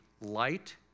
light